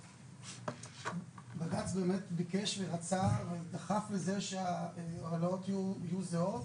בג"ץ באמת ביקש, רצה ודחף שההעלאות יהיו זהות,